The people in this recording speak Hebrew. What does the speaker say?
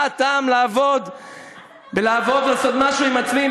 מה הטעם לעבוד ולעשות משהו עם עצמי,